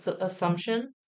assumption